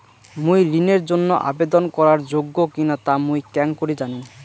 মুই ঋণের জন্য আবেদন করার যোগ্য কিনা তা মুই কেঙকরি জানিম?